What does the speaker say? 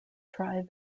try